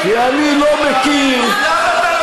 כי אני לא מכיר, למה אתה לא, מ"חמאס"?